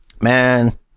Man